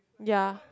ya